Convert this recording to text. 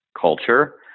culture